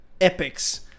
epics